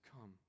come